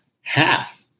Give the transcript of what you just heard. half